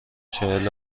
چهل